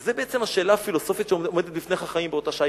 וזו בעצם השאלה הפילוסופית שעומדת בפני חכמים באותה שעה.